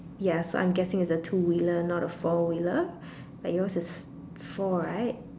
ya so I'm guessing it's a two wheeler not a four wheeler but yours is four right